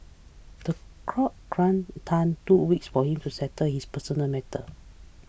the crowd granted Tan two weeks for him to settle his personal matters